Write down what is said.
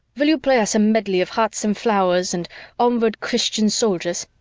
will you play us a medley of hearts and flowers and onward, christian soldiers'?